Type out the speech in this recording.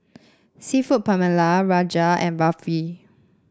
seafood Paella Rajma and Barfi